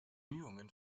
bemühungen